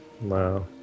Wow